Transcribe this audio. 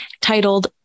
titled